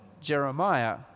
Jeremiah